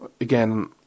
Again